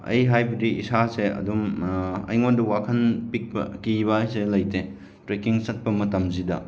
ꯑꯩ ꯍꯥꯏꯕꯗꯤ ꯏꯁꯥꯁꯦ ꯑꯗꯨꯝ ꯑꯩꯉꯣꯟꯗ ꯋꯥꯈꯟ ꯄꯤꯛꯄ ꯀꯤꯕ ꯍꯥꯏꯁꯦ ꯂꯩꯇꯦ ꯇ꯭ꯔꯦꯛꯀꯤꯡ ꯆꯠꯄ ꯃꯇꯝꯁꯤꯗ